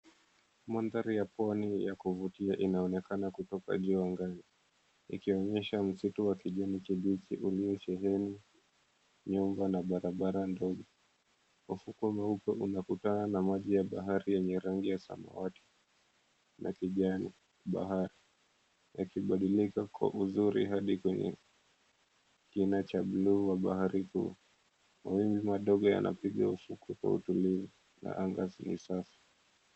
Mandhari ya pwani ya kuvutia inaonekana kutoka juu angani ikiwa inaonyesha misitu ya kijani kibichi iliyosheheni, nyumba na barabara ndogo. Ufukwe mweupe unapitana na maji ya bahari yenye rangi ya samawati na kijani, bahari yakibadilika kwa uzuri hadi kwenye kina cha blue bahari juu. Mawimbi madogo yanapiga ufukwe kwa utulivu na anga safi.